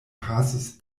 pasis